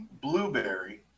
blueberry